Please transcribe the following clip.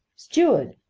steward!